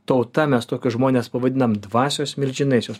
tauta mes tokius žmones pavadinam dvasios milžinais juos